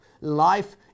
Life